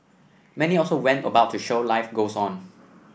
many also went about to show life goes on